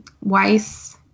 Weiss